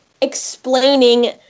explaining